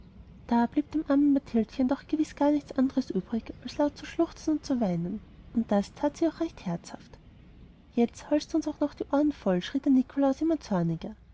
da blieb dem armen mathildchen doch ganz gewiß gar nichts anders übrig als laut zu schluchzen und zu weinen und das tat sie denn auch recht herzhaft jetzt heulst du uns auch noch die ohren voll schrie der nikolaus immer zorniger